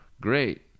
great